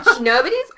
Nobody's